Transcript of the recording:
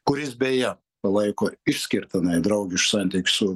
kuris beje palaiko išskirtinai draugiš santykius su